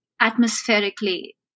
atmospherically